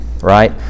right